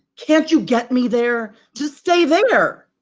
can't you get me there, to stay there?